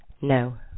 No